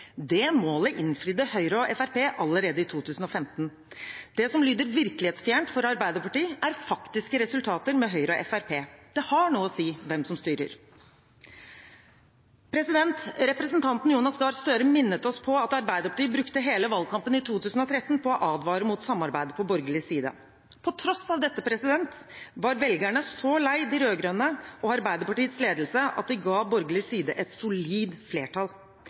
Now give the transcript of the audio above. Det målet innfridde Høyre og Fremskrittspartiet allerede i 2015. Det som lyder virkelighetsfjernt for Arbeiderpartiet, er faktiske resultater med Høyre og Fremskrittspartiet. Det har noe å si hvem som styrer. Representanten Jonas Gahr Støre minnet oss på at Arbeiderpartiet brukte hele valgkampen i 2013 på å advare mot samarbeidet på borgerlig side. På tross av dette var velgerne så lei de rød-grønne og Arbeiderpartiets ledelse at de ga borgerlig side et solid flertall.